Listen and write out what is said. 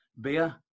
beer